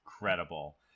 incredible